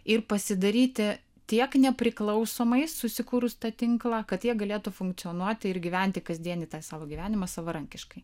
ir pasidaryti tiek nepriklausomai susikūrus tą tinklą kad jie galėtų funkcionuoti ir gyventi kasdienį tą savo gyvenimą savarankiškai